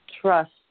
trust